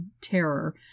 Terror